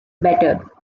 better